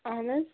اَہَن حظ